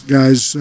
guys